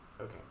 Okay